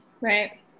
Right